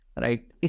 Right